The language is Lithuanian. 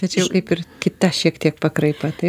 tai čia jau kaip ir kita šiek tiek pakraipa taip